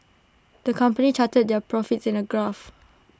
the company charted their profits in A graph